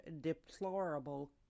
deplorable